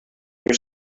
your